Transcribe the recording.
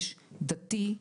יש דתי,